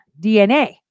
DNA